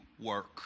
work